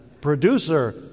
producer